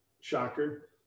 Shocker